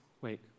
Wait